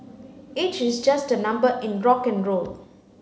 age is just a number in rock N roll